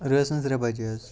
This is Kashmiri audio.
رٲژ ہٕنٛز ترٛےٚ بَجے حظ